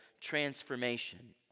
transformation